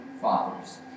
fathers